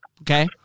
Okay